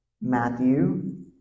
Matthew